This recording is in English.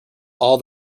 all